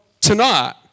tonight